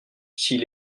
s’il